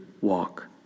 walk